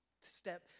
step